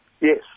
Yes